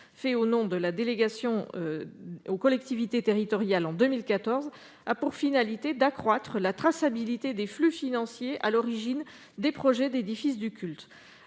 fait au nom de la délégation aux collectivités territoriales en 2015, a pour finalité d'accroître la traçabilité des flux financiers à l'origine des projets d'édifices du culte.